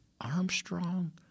Armstrong